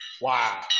Wow